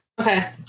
Okay